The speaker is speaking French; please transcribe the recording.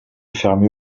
fermée